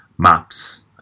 maps